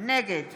נגד